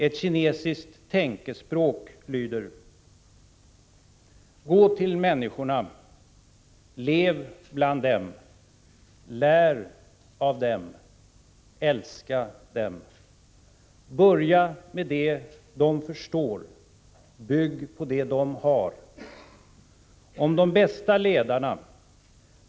Ett kinesiskt tänkespråk lyder: lär av dem älska dem börja med det de förstår bygg på det de har.